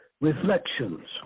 reflections